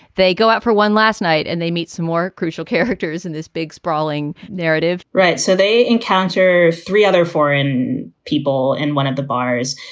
they go out for one last night and they meet some more crucial characters and. big, sprawling narrative right. so they encounter three other foreign people and one of the bars.